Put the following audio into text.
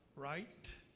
right?